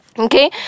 Okay